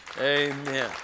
Amen